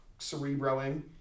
cerebroing